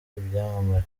ibyamamare